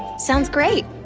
sounds great.